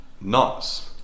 nuts